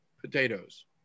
Potatoes